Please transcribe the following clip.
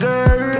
Girl